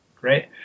right